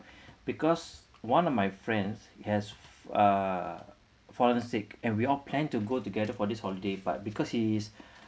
because one of my friends has fa~ uh fallen sick and we all plan to go together for this holiday but because he is